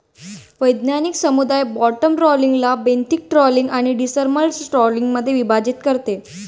वैज्ञानिक समुदाय बॉटम ट्रॉलिंगला बेंथिक ट्रॉलिंग आणि डिमर्सल ट्रॉलिंगमध्ये विभाजित करतो